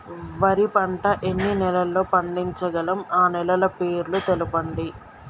వరి పంట ఎన్ని నెలల్లో పండించగలం ఆ నెలల పేర్లను తెలుపండి?